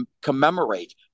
commemorate